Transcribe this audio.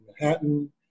Manhattan